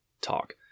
talk